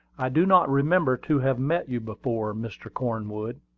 i do not remember to have met you before, mr. cornwood.